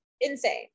insane